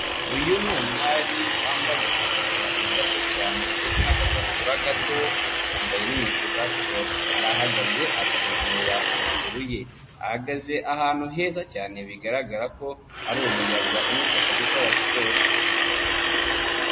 Uyu ni umwari wambaye agaseri gato cyane ndetse n'agakabutura gato, yambaye n'inkweto za siporo arahagaze ari kunanura amaguru ye, ahagaze ahantu heza cyane bigaragara ko hari umuyaga umufasha gukora siporo.